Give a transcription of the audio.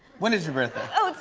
when is your birthday? oh,